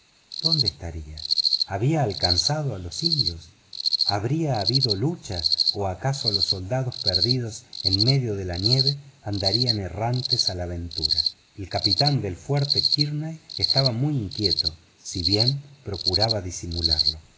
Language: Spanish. dónde estaría había alcanzado a los indios habría habido lucha o acaso los soldados perdidos en medio de la nieve andarían errantes a la aventura el capitán del fuerte kearney estaba muy inquieto si bien procuraba disimularlo